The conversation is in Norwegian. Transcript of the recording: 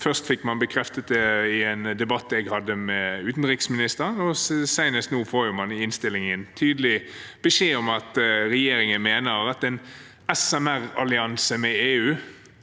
Først fikk man bekreftet det i en debatt jeg hadde med utenriksministeren, og senest nå får man i innstillingen tydelig beskjed om hva regjeringen mener om en SMR-allianse med EU.